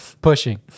Pushing